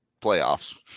playoffs